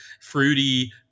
fruity